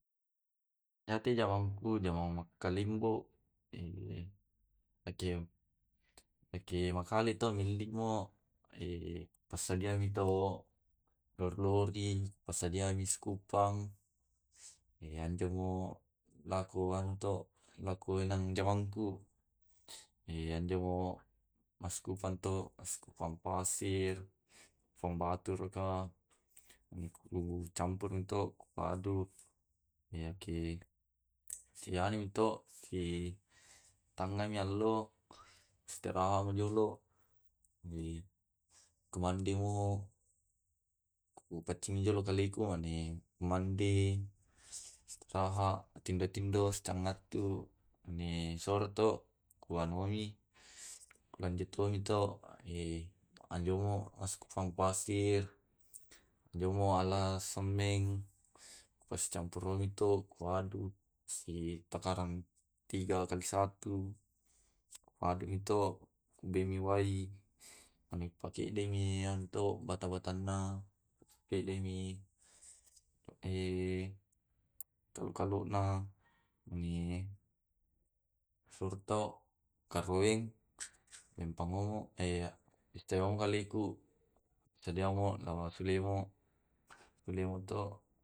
Ya te jamangku jamang makkalembo. Eh Nake nake makale to malingo passadiamito lori-lori, passadiami tu sikopang. E anjomo laku an to laku eng jamangku e anjomo maskupang to masskupang pasir, pambaturaka, campurumito kuaduk. Yake sianumi to eh si tangami allo istirahat mo jolo. kumandemo, kupacimi jolo kaleku mane kumande istirahat tindo tindo scang natu. Ya ne suro to kumanunguri manujonito mandongo singpangpasir, jong muala semmeng pasi campuruni to talung sitakarang tiga kali satu. Kuaduk mito ku bemi wai, manepakeddemi yanto wata watanna. Pakeddemi tokaunna, kalona mane sortao, karoeng empa momo e sewang pallingku, nasseamo sudemo to.